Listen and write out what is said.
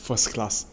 first class